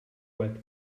wet